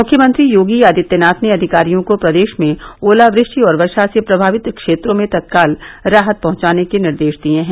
मुख्यमंत्री योगी आदित्यनाथ ने अधिकारियों को प्रदेश में ओलावृष्टि और वर्षा से प्रभावित क्षेत्रों में तत्काल राहत पहुंचाने के निर्देश दिये हैं